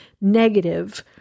negative